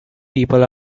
people